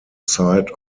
site